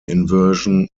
inversion